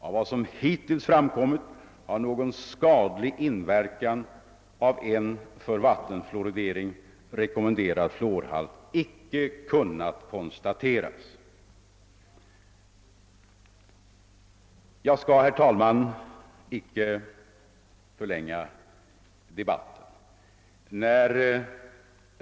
Av vad som hittills framkommit har någon skadlig inverkan av en för vattenfluoridering rekommenderad fluorhalt icke kunnat konstateras. Herr talman! Jag skall icke förlänga debatten.